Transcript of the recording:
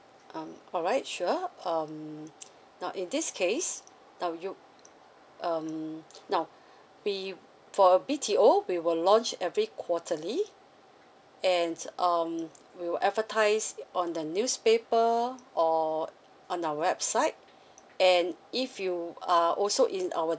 um alright sure um now in this case now you um now we for a B_T_O we will launch every quarterly and um we will advertise it on the newspaper or on our website and if you are also in our